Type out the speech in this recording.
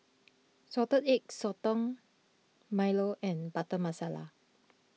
Salted Egg Sotong Milo and Butter Masala